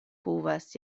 povas